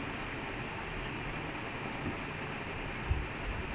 ah they won't lose lah I mean because will be two two lah there's no chance